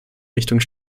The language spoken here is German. richtung